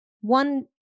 One